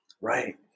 Right